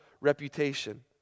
reputation